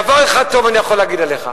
דבר אחד טוב אני יכול להגיד עליך: